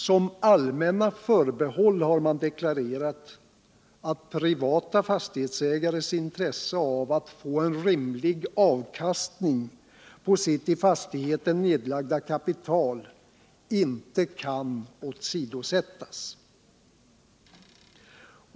Som allmänna förbehåll hur man deklarerat att privata fastighetsägares intresse av att få en rimlig avkastning på sitt i fastigheten nedlagda kapital inte kan åsidosättas.